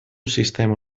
sistema